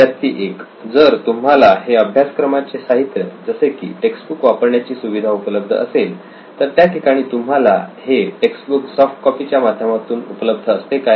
विद्यार्थी 1 जर तुम्हाला हे अभ्यासक्रमा चे साहित्य जसे की टेक्स्ट बुक वापरण्याची सुविधा उपलब्ध असेल तर त्या ठिकाणी तुम्हाला हे टेक्स्ट बुक सॉफ्ट कॉपी च्या माध्यमातून उपलब्ध असते काय